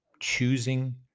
choosing